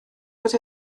fod